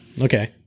Okay